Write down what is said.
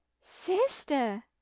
sister